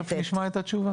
תכף נשמע את התשובה.